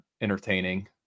entertaining